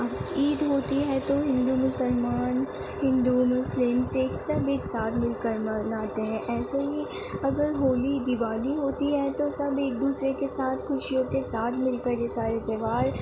عید ہوتی ہے تو ہندو مسلمان ہندو مسلم سکھ سب ایک ساتھ مل کر مناتے ہیں ایسے ہی اگرہولی دیوالی ہوتی ہے تو سب ایک دوسرے کے ساتھ خوشیوں کے ساتھ مل کر یہ سارے تہوار